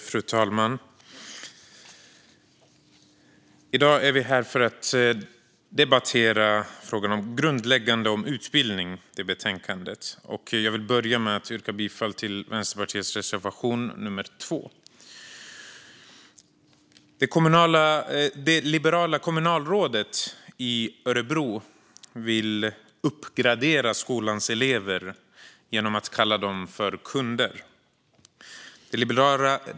Fru talman! I dag är vi här för att debattera utbildningsutskottets betänkande Grundläggande om utbildning . Jag vill börja med att yrka bifall till Vänsterpartiets reservation 2. Det liberala kommunalrådet i Örebro vill uppgradera skolans elever genom att kalla dem för kunder.